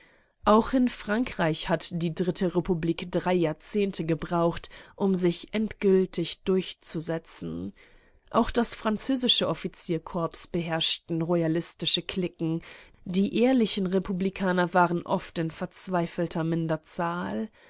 auch in frankreich hat die dritte republik drei jahrzehnte gebraucht um sich endgültig durchzusetzen auch das französische offizierkorps beherrschten royalistische cliquen die ehrlichen republikaner waren in oft verzweifelter minderzahl